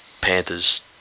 Panthers